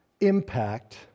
impact